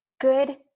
good